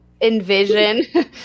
envision